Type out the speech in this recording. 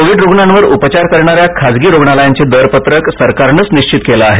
Covid रुग्णांवर उपचार करणाऱ्या खाजगी रुग्णालयांचे दर पत्रक सरकारनंच निश्वित केलं आहे